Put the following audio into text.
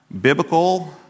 biblical